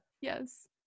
Yes